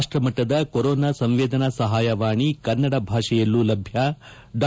ರಾಷ್ಪಮಟ್ಟದ corona ಸಂವೇದನಾ ಸಪಾಯವಾಣಿ ಕನ್ನಡ ಭಾಷೆಯಲ್ಲೂ ಲಭ್ಯ ಡಾ